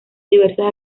diversas